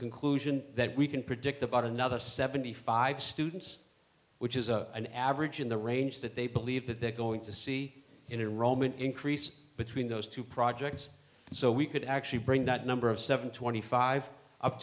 conclusion that we can predict about another seventy five students which is a an average in the range that they believe that they're going to see in rome an increase between those two projects so we could actually bring that number of seven twenty five up